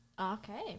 Okay